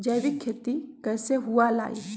जैविक खेती कैसे हुआ लाई?